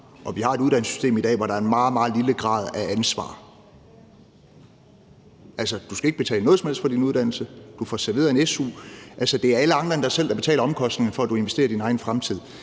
vi har et uddannelsessystem i dag, hvor der er en meget, meget lille grad af ansvar. Altså, du skal ikke betale noget som helst for din uddannelse, du får serveret en su; det er alle andre end dig selv, der betaler omkostningerne for, at du investerer i din egen fremtid.